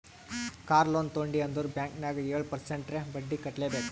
car loan ತೊಂಡಿ ಅಂದುರ್ bank ನಾಗ್ ಏಳ್ ಪರ್ಸೆಂಟ್ರೇ ಬಡ್ಡಿ ಕಟ್ಲೆಬೇಕ್